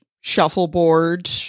shuffleboard